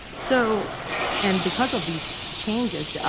so and because of these changes,